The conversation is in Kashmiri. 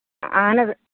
اَہن حظ